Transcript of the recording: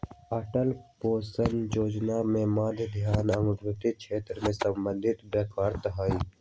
Atal pension जोजना के मुख्य ध्यान असंगठित क्षेत्र से संबंधित व्यक्ति हइ